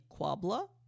quabla